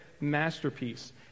masterpiece